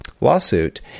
lawsuit